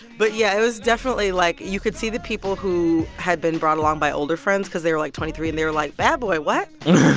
but yeah, it was definitely, like, you could see the people who had been brought along by older friends because they were, like, twenty three and they were, like, bad boy what?